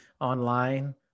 online